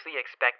expect